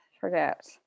forget